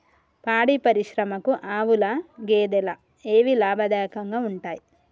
పాడి పరిశ్రమకు ఆవుల, గేదెల ఏవి లాభదాయకంగా ఉంటయ్?